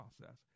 process